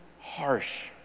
harsh